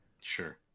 Sure